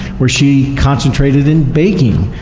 where she concentrated in baking.